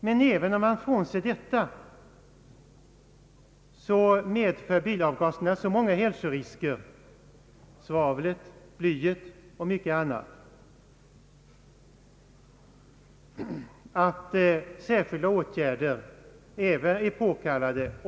Men även om vi bortser från detta, medför bilavgaserna så många hälsorisker genom svavlet, blyet och mycket annat att särskilda motåtgärder är påkallade.